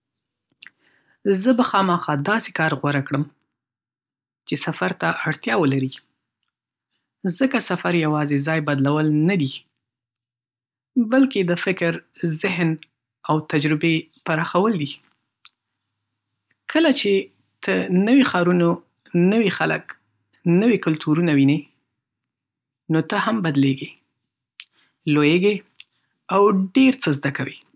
زه به خامخا داسې کار غوره کړم چې سفر ته اړتیا ولري. ځکه سفر یوازې ځای بدلول نه دي، بلکې د فکر، ذهن او تجربې پراخول دي. کله چې ته نوي ښارونه، نوي خلک، نوي کلتورونه وینې، نو ته هم بدلېږې، لویېږې، او ډېر څه زده کوې.